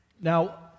Now